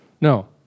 No